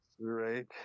Right